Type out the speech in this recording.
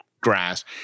grass